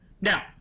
now